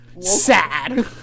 Sad